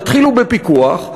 תתחילו בפיקוח,